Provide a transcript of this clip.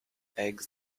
eggs